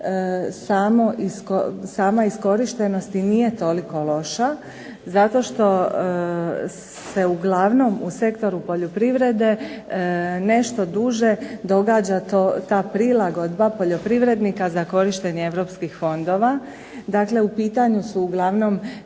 sama iskorištenost i nije toliko loša zato što se uglavnom u sektoru poljoprivrede nešto duže događa ta prilagodba poljoprivrednika za korištenje europskih fondova. Dakle, u pitanju su uglavnom